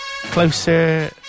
Closer